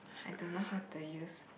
I don't know how to use